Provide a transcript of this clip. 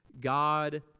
God